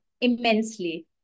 immensely